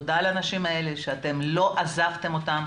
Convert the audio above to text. תודה לאנשים האלה שלא עזבתם את הקשישים.